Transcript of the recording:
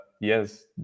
yes